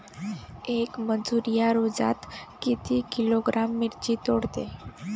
येक मजूर या रोजात किती किलोग्रॅम मिरची तोडते?